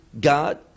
God